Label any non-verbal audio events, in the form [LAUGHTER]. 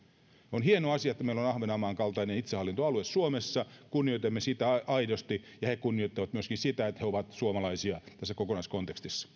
on hieno asia että meillä on ahvenanmaan kaltainen itsehallintoalue suomessa kunnioitamme sitä aidosti ja he kunnioittavat myöskin sitä että he ovat suomalaisia tässä kokonaiskontekstissa [UNINTELLIGIBLE]